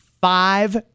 five